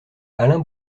alain